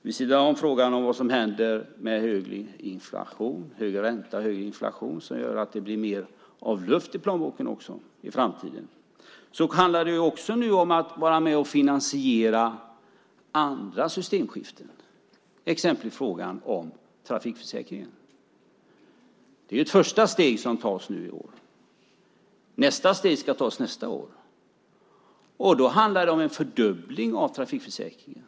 Vid sidan om frågan om vad som händer när det blir högre ränta och högre inflation, som gör att det blir mer luft i plånboken i framtiden, handlar det nu också om att vara med och finansiera andra systemskiften. Ett exempel är frågan om trafikförsäkringen. Det är ett första steg som tas nu i år. Nästa steg ska tas nästa år. Då handlar det om en fördubbling av trafikförsäkringen.